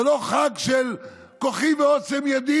זה לא חג של כוחי ועוצם ידי.